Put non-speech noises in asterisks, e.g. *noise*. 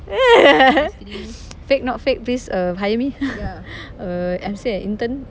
*noise* fake not fake please uh hire me *noise* err I'm still an intern